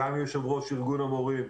גם עם יושב-ראש ארגון המורים.